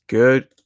Good